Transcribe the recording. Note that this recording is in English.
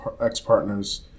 ex-partners